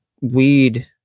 weed